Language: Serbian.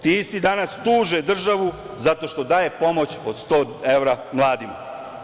Ti isti danas tuže državu zato što daje pomoć od 100 evra mladima.